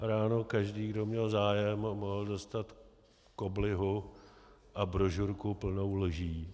Ráno každý, kdo měl zájem, mohl dostat koblihu a brožurku plnou lží.